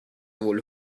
wohl